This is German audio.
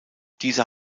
dieser